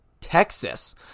Texas